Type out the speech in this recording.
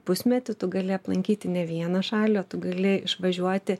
pusmetį tu gali aplankyti ne vieną šalį o tu gali išvažiuoti